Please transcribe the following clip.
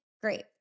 Great